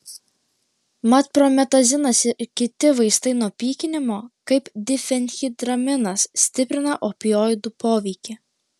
mat prometazinas ir kiti vaistai nuo pykinimo kaip difenhidraminas stiprina opioidų poveikį